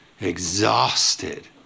exhausted